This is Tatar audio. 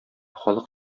халык